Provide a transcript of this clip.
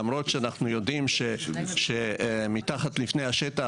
למרות שאנחנו יודעים שמתחת לפני השטח